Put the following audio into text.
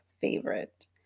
favorite